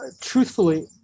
truthfully